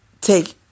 take